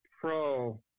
pro